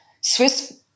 Swiss